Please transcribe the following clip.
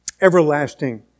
Everlasting